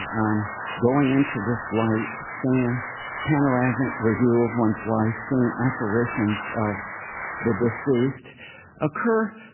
um going into this light, seeing a panoramic review of one's life, seeing apparitions of the deceased occur